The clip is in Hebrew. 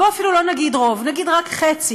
בוא אפילו לא נגיד רוב, נגיד רק חצי.